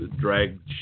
drag